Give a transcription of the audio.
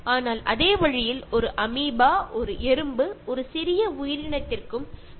പക്ഷേ അതു പോലെ തന്നെ അമീബയ്ക്കും ഉറുമ്പുകൾക്കും മറ്റു ചെറിയ ജീവികൾക്കും ഒക്കെ തുല്യ അവകാശം ഉണ്ട്